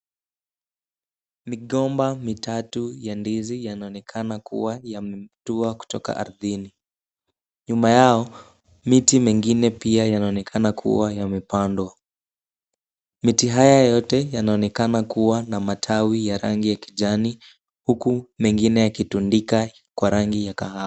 Migomba mitatu ya ndizi yanaonekana kuwa yametua kutoka ardhini. Nyuma yao miti mengine pia yanaonekana kuwa yamepandwa. Miti haya yote yanaonekana kuwa na matawi ya rangi ya kijani, huku mengine yakitundika kwa rangi ya kahawa.